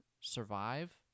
survive